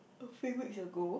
a few weeks ago